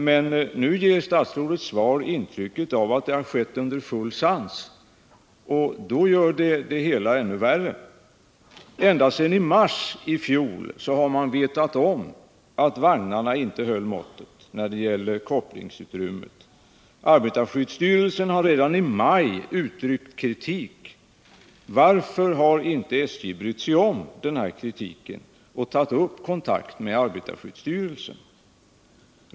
Men nu ger statsrådets svar intrycket av att det har skett under full sans, och det gör det hela ännu värre. Ända sedan mars i fjol har man vetat om att vagnarna inte höll måttet när det gäller kopplingsutrymmet. Arbetarskyddsstyrelsen har redan i maj uttryckt kritik. Varför har SJ inte brytt sig om den här kritiken och tagit kontakt med arbetarskyddsstyrelsen?